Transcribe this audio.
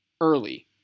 early